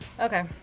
Okay